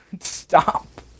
Stop